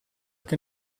che